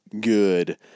good